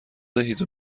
هیزم